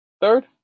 Third